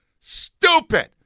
stupid